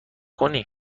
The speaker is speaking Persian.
کنی